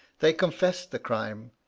they confessed the crime,